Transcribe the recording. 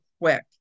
quick